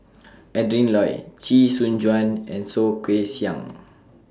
Adrin Loi Chee Soon Juan and Soh Kay Siang